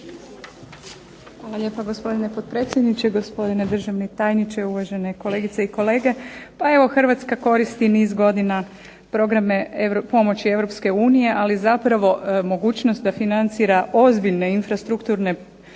Hvala lijepa, gospodine potpredsjedniče. Gospodine državni tajniče, uvažene kolegice i kolege. Pa evo, Hrvatska koristi niz godina programe pomoći Europske unije, ali zapravo mogućnost da financira ozbiljne infrastrukturne